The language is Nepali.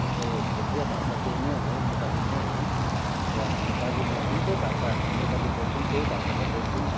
हाम्रो क्षेत्रीय भाषा त्यही नै हो नेपाली नै हो र हामी दार्जिलिङमा जुन चाहिँ भाषा हामी नेपाली बोल्छौँ त्यही भाषा नै बोल्छौँ